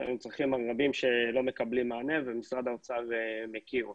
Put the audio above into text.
יש לנו צרכים רבים שלא מקבלים מענה ומשרד האוצר מכיר אותם.